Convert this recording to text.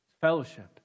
Fellowship